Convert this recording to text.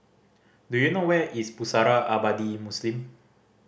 do you know where is Pusara Abadi Muslim